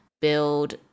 build